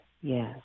Yes